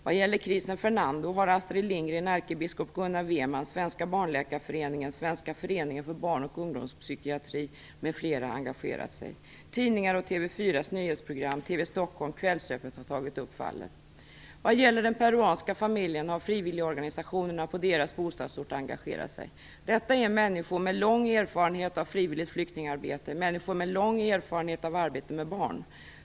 Vad gäller Chrisen Fernando har TV 4:s nyhetsprogram, TV Stockholm och Kvällsöppet har tagit upp fallet. Vad gäller den peruanska familjen har frivilligorganisationerna på deras bostadsort engagerat sig. Detta är människor med lång erfarenhet av frivilligt flyktingarbete, människor med lång erfarenhet av arbete med barn.